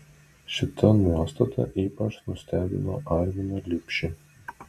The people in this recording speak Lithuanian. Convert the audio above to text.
šita nuostata ypač nustebino arminą lipšį